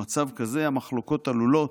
במצב כזה המחלוקות עלולות,